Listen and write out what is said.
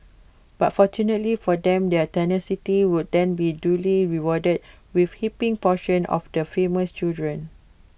but fortunately for them their tenacity would then be duly rewarded with heaping portions of the famous true dream